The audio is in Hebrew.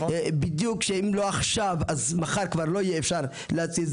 בדיוק שאם לא עכשיו אז מחר כבר לא יהיה אפשר להציל.